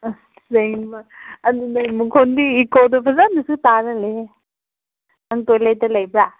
ꯑꯁꯦꯡꯕ ꯑꯗꯨ ꯅꯪ ꯃꯈꯣꯟꯗꯤ ꯏꯀꯣꯗꯣ ꯐꯖꯅꯁꯨ ꯇꯥꯍꯜꯂꯦꯍꯦ ꯅꯪ ꯇꯣꯏꯂꯦꯠꯇ ꯂꯩꯕ꯭ꯔꯥ